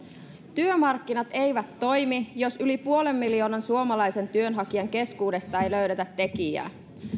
työmarkkinat eivät toimi jos yli puolen miljoonan suomalaisen työnhakijan keskuudesta ei löydetä tekijää